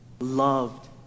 loved